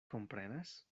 komprenas